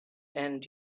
and